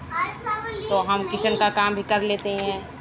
تو ہم کچن کا کام بھی کر لیتے ہیں